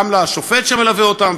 גם לשופט שמלווה אותם,